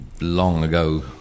long-ago